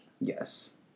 Yes